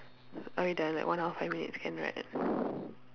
are we done like one hour five minutes can right